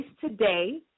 today